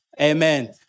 Amen